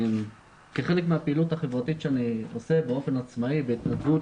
כחלק מהפעילות החברתית שאני עושה באופן עצמאי בהתנדבות,